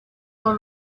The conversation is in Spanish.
por